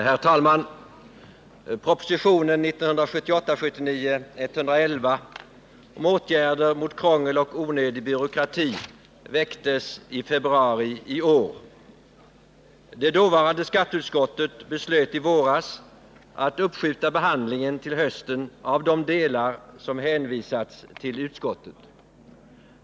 Herr talman! Propositionen 1978/79:111 om åtgärder mot krångel och onödig byråkrati väcktes i februari i år. Det dåvarande skatteutskottet beslöt i våras att till hösten uppskjuta behandlingen av de delar som hade hänvisats till utskottet.